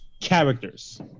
characters